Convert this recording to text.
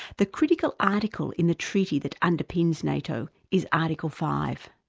the critical article in the treaty that underpins nato is article five.